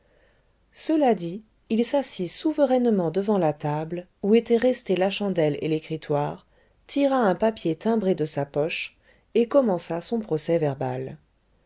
cela dit il s'assit souverainement devant la table où étaient restées la chandelle et l'écritoire tira un papier timbré de sa poche et commença son